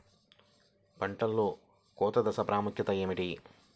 పంటలో కోత దశ ప్రాముఖ్యత ఏమిటి?